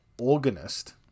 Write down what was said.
organist